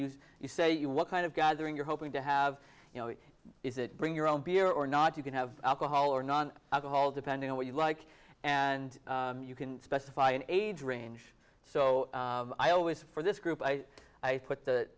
use you say you what kind of gathering you're hoping to have you know is it bring your own beer or not you can have alcohol or non alcohol depending on what you like and you can specify an age range so i always for this group i put the